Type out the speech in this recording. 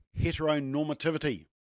heteronormativity